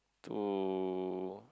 to